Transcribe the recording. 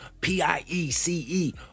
p-i-e-c-e